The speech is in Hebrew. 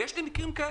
ויש מקרים כאלה,